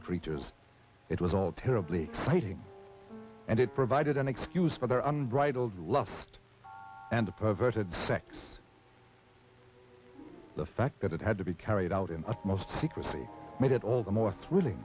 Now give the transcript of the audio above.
creatures it was all terribly exciting and it provided an excuse for their unbridled lust and perverted sex the fact that it had to be carried out in the most secrecy made it all the more thrilling